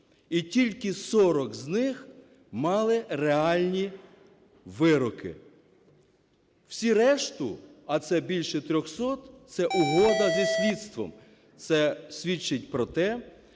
і тільки 40 з них мали реальні вироки. Всі решту, а це більше трьохсот – це угода зі слідством. Це свідчить про те,